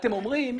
אתם אומרים,